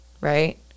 right